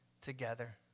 together